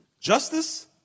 Justice